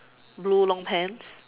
blue long pants